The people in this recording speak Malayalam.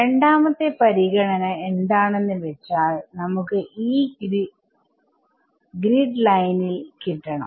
രണ്ടാമത്തെ പരിഗണന എന്താണെന്ന് വെച്ചാൽ നമുക്ക് E ഗ്രിഡ് ലൈനിൽകിട്ടണം